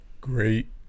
Great